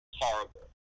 horrible